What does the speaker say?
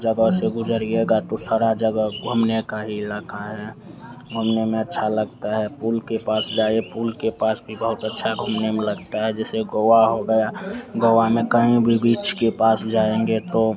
जगह से गुज़रिएगा तो सारा जगह घूमने का ही इलाक़ा है घूमने में अच्छा लगता है पुल के पास जाइए पुल के पास भी बहुत अच्छा घूमने में लगता है जैसे गोआ हो गया गोआ में कहीं भी बीच के पास जाएँगे तो